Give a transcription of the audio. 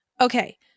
Okay